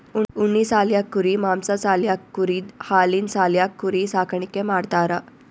ಉಣ್ಣಿ ಸಾಲ್ಯಾಕ್ ಕುರಿ ಮಾಂಸಾ ಸಾಲ್ಯಾಕ್ ಕುರಿದ್ ಹಾಲಿನ್ ಸಾಲ್ಯಾಕ್ ಕುರಿ ಸಾಕಾಣಿಕೆ ಮಾಡ್ತಾರಾ